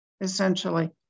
essentially